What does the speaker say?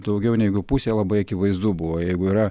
daugiau negu pusė labai akivaizdu buvo jeigu yra